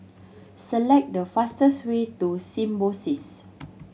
select the fastest way to Symbiosis